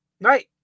Right